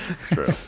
True